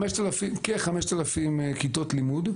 כ-5,000 כיתות לימוד.